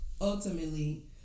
ultimately